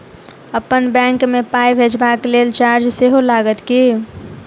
अप्पन बैंक मे पाई भेजबाक लेल चार्ज सेहो लागत की?